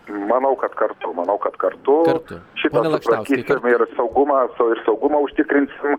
manau kad kartu manau kad kartu šįkart saugumą ir saugumą ir saugumą užtikrinsim